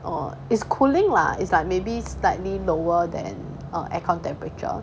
or it's cooling lah it's like maybe slightly lower than our aircon temperature